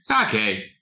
Okay